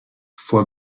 vor